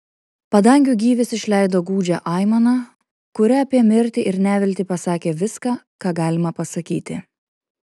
padangių gyvis išleido gūdžią aimaną kuria apie mirtį ir neviltį pasakė viską ką galima pasakyti